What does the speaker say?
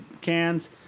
cans